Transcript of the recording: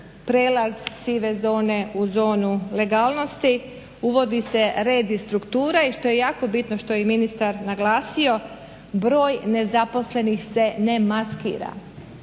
prijelaz sive zove u zonu legalnosti, uvodi se red i struktura i što je jako bitno što je i ministar naglasio broj nezaposlenih se ne maskira